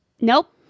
nope